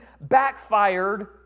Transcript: backfired